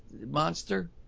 monster